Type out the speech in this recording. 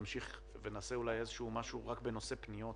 נמשיך ונעשה משהו רק בנושא פניות